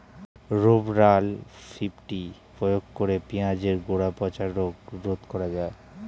Rovral fifty প্রয়োগ করে পেঁয়াজের গোড়া পচা রোগ রোধ করা যায়?